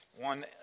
one